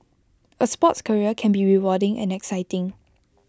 A sports career can be rewarding and exciting